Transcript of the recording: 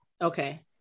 Okay